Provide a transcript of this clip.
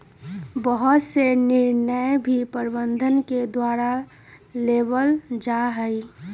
बहुत से निर्णय भी प्रबन्धन के द्वारा लेबल जा हई